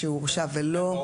כן.